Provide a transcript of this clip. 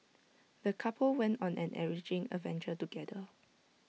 the couple went on an enriching adventure together